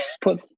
Put